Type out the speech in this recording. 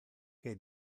que